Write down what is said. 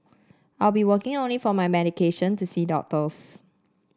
I'll be working only for my medication to see doctors